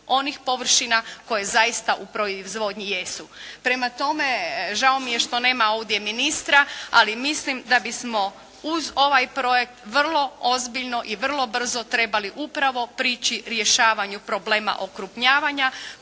onih površina koje zaista u proizvodnji jesu. Prema tome žao mi je što nema ovdje ministra, ali mislim da bismo uz ovaj projekt vrlo ozbiljno i vrlo brzo trebali upravo prići rješavanju problema okrupnjavanja,